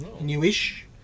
newish